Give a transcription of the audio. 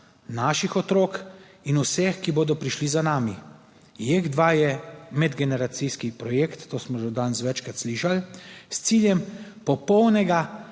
naših otrok in vseh, ki bodo prišli za nami. JEK2 je medgeneracijski projekt, to smo že danes večkrat slišali, s ciljem popolnega